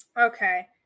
Okay